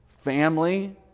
Family